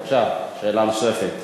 בבקשה, שאלה נוספת